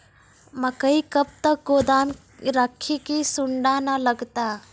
मकई कब तक गोदाम राखि की सूड़ा न लगता?